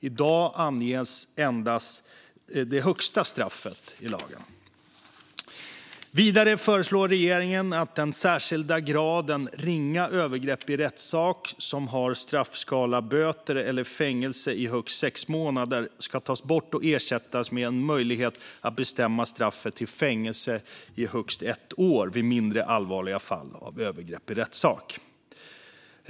I dag anges endast högsta straffet i lagen. Vidare föreslår regeringen att den särskilda graden ringa övergrepp i rättssak, som har straffskalan böter eller fängelse i högst sex månader, ska tas bort och ersättas med en möjlighet att bestämma straffet till fängelse i högst ett år vid mindre allvarliga fall av övergrepp i rättssak.